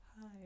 Hi